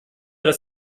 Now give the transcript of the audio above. dass